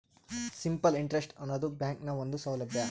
simple interest ಆನದು ಬ್ಯಾಂಕ್ನ ಒಂದು ಸೌಲಬ್ಯಾ